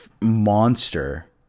monster